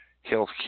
health